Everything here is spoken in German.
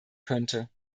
könnte